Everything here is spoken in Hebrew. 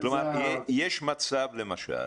יש מצב, למשל,